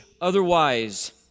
otherwise